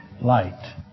light